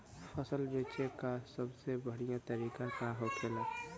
फसल बेचे का सबसे बढ़ियां तरीका का होखेला?